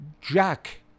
Jack